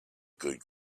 good